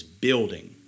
building